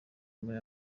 muri